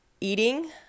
eating